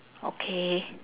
okay